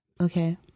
Okay